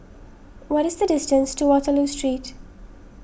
what is the distance to Waterloo Street